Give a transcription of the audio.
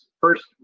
first